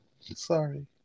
sorry